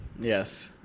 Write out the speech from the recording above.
Yes